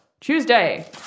Tuesday